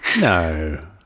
no